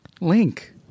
Link